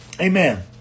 Amen